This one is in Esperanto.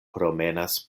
promenas